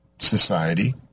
society